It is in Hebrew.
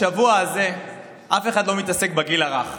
בשבוע הזה אף אחד לא מתעסק בגיל הרך,